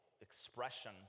expression